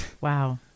Wow